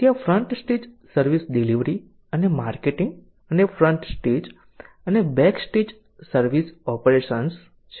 તેથી આ front stage service delivery અને માર્કેટિંગ અને ફ્રન્ટ સ્ટેજ અને બેકસ્ટેજ સર્વિસ ઓપરેશન્સ છે